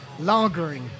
lagering